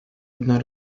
одна